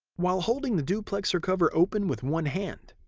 while holding the duplexer cover open with one hand,